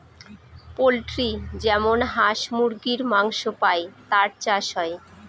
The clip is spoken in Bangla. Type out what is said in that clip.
পোল্ট্রি যেমন হাঁস মুরগীর মাংস পাই তার চাষ হয়